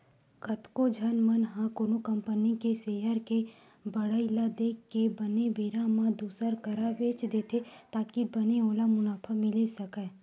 कतको झन मन ह कोनो कंपनी के सेयर के बड़हई ल देख के बने बेरा म दुसर करा बेंच देथे ताकि बने ओला मुनाफा मिले सकय